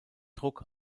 druck